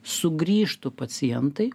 sugrįžtų pacientai